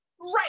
Right